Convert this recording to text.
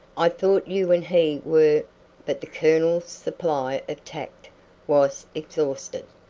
i thought you and he were but the colonel's supply of tact was exhausted.